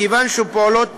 מכיוון שלפעולות